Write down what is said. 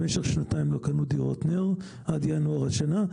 במשך שנתיים לא קנו דירות נ"ר, עד ינואר השנה.